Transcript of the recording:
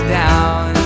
down